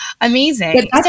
Amazing